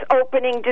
opening